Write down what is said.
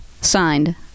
Signed